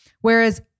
Whereas